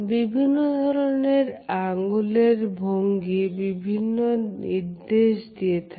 বিভিন্ন ধরনের আঙ্গুলের ভঙ্গি বিভিন্ন নির্দেশ দিয়ে থাকে